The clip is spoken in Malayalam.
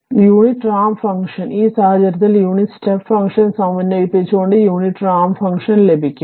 അതിനാൽ യൂണിറ്റ് റാമ്പ് ഫംഗ്ഷൻ ഈ സാഹചര്യത്തിൽ യൂണിറ്റ് സ്റ്റെപ്പ് ഫംഗ്ഷൻ സമന്വയിപ്പിച്ചുകൊണ്ട് യൂണിറ്റ് റാമ്പ് ഫംഗ്ഷൻ rt ലഭിക്കും